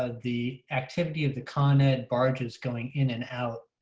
ah the activity of the economy barges going in and out.